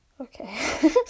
okay